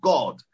God